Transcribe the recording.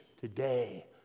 today